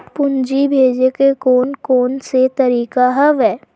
पूंजी भेजे के कोन कोन से तरीका हवय?